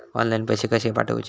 Online पैसे कशे पाठवचे?